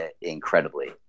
incredibly